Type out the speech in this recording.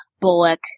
Bullock